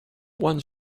one